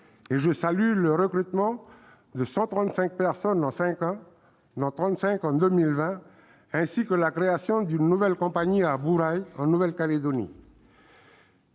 je salue le recrutement de 135 personnes en cinq ans, dont 35 en 2020, ainsi que la création d'une nouvelle compagnie à Bourail en Nouvelle-Calédonie.